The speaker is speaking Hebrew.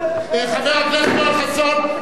חבר הכנסת יואל חסון, תם.